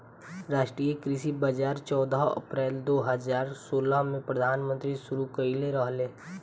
राष्ट्रीय कृषि बाजार चौदह अप्रैल दो हज़ार सोलह में प्रधानमंत्री शुरू कईले रहले